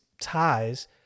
ties